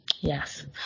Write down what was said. Yes